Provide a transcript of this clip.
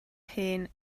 hen